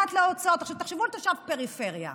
תחשבו על תושב פריפריה.